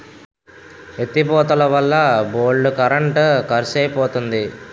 ఎత్తి పోతలవల్ల బోల్డు కరెంట్ కరుసైపోతంది